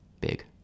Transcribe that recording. big